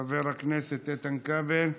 חבר הכנסת איתן כבל,